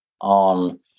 on